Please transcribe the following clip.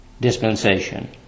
dispensation